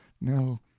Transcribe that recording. No